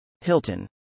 Hilton